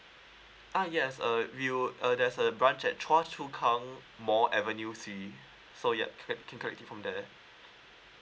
ah yes uh we'll uh there's a branch at choa chu kang mall avenue three so yup can can collect it from there